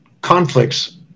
conflicts